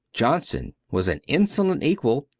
johnson was an insolent equal,